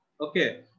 okay